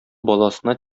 баласына